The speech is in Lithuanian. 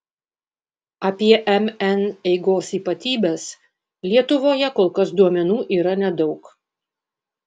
apie mn eigos ypatybes lietuvoje kol kas duomenų yra nedaug